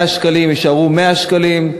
100 שקלים יישארו 100 שקלים,